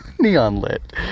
Neon-lit